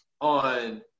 on